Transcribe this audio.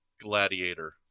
Gladiator